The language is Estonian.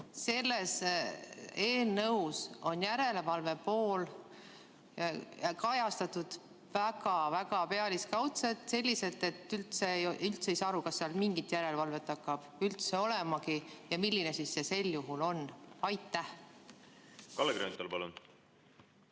Selles eelnõus on järelevalvepoolt kajastatud väga-väga pealiskaudselt, selliselt, et üldse ei saa aru, kas seal mingit järelevalvet hakkab olemagi ja milline see sel juhul on. Aitäh! Kalle Grünthal, palun!